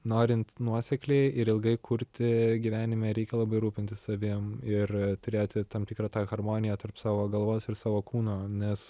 norint nuosekliai ir ilgai kurti gyvenime reikia labai rūpintis savim ir turėti tam tikrą tą harmoniją tarp savo galvos ir savo kūno nes